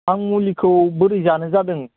आं मुलिखौ बोरै जानो जादों